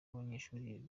w’abanyeshuri